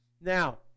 Now